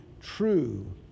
true